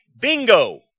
bingo